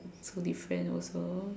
different also